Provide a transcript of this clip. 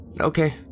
Okay